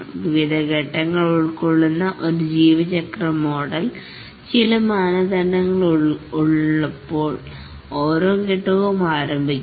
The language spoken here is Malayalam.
വിവിധ ഘട്ടങ്ങൾ ഉൾക്കൊള്ളുന്ന ഒരു ജീവചക്രം മോഡൽ ചില മാനദണ്ഡങ്ങൾ ഉള്ളപ്പോൾ ഓരോഘട്ടവും ആരംഭിക്കുന്നു